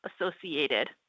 associated